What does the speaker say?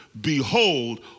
Behold